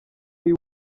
ari